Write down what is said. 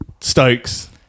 Stokes